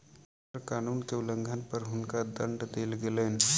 कर कानून के उल्लंघन पर हुनका दंड देल गेलैन